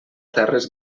terres